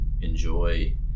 enjoy